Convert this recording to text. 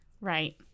Right